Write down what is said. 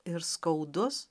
ir skaudus